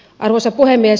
arvoisa puhemies